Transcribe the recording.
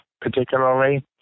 particularly